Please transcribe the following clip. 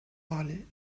parler